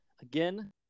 again